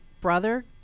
brother